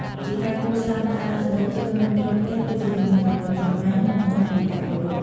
ជាការគួរសម ការដោះស្បែកជើងមុនចូលផ្ទះគឺជាទំនៀមទម្លាប់សាមញ្ញ និងបង្ហាញពីការគោរព។